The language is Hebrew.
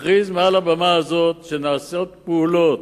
תכריז מעל הבמה הזאת שנעשות פעולות,